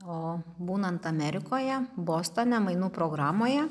o būnant amerikoje bostone mainų programoje